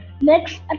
Next